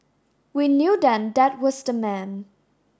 we knew then that was the man